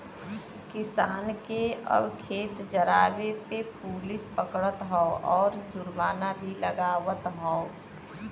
किसान के अब खेत जरावे पे पुलिस पकड़त हौ आउर जुर्माना भी लागवत हौ